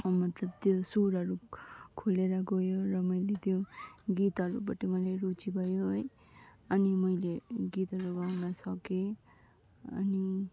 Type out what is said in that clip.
मतलब त्यो स्वरहरू खोलिएर गयो र मैले त्यो गीतहरूबाट मैले रुचि भयो है अनि मैले गीतहरू गाउन सकेँ अनि